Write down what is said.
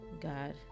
God